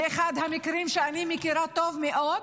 באחד המקרים שאני מכירה טוב מאוד,